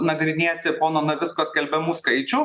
nagrinėti pono navicko skelbiamų skaičių